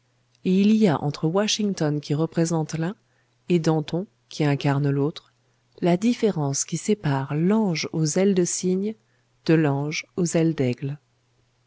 et il y a entre washington qui représente l'un et danton qui incarne l'autre la différence qui sépare l'ange aux ailes de cygne de l'ange aux ailes d'aigle